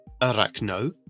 Arachno